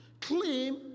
claim